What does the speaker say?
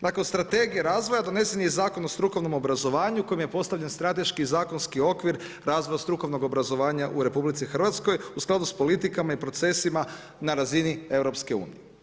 Nakon strategije razvoja, donesen je i Zakon o strukovnom obrazovanju, kojim je postavljen strateški zakonski okvir razvoja strukovnog obrazovanja u RH u skladu sa politikama i procesima na razini EU.